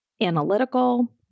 analytical